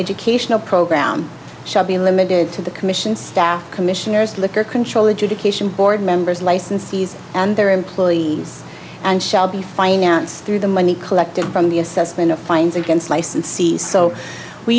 educational program shall be limited to the commission staff commissioners liquor control education board members licensees and their employees and shall be financed through the money collected from the assessment of fines against licensees so we